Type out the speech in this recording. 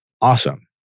Awesome